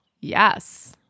Yes